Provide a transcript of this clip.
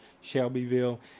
shelbyville